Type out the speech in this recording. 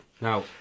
Now